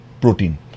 protein